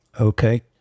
Okay